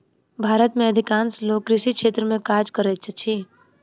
भारत में अधिकांश लोक कृषि क्षेत्र में काज करैत अछि